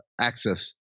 access